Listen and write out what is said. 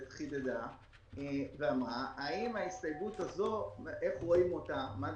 חידדה ואמרה: איך רואים את ההסתייגות הזו?